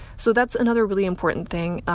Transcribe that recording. so that's another really important thing.